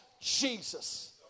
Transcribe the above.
Jesus